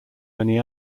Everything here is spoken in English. many